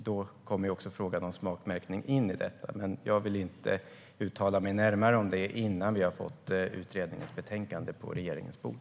Då kommer också frågan om smakmärkning in i detta. Men jag vill inte uttala mig närmare om det innan vi har fått utredningens betänkande på regeringens bord.